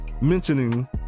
mentioning